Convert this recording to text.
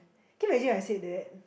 can you imagine I said that